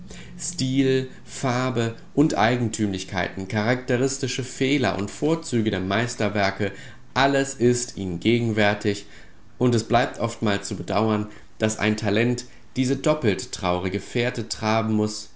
stil farbe und eigentümlichkeiten charakteristische fehler und vorzüge der meisterwerke alles ist ihnen gegenwärtig und es bleibt oftmals zu bedauern daß ein talent diese doppelt traurige fährte traben muß